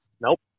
Nope